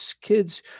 kids